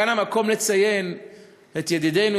כאן המקום לציין את ידידינו,